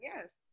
yes